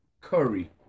Curry